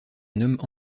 nomme